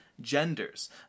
genders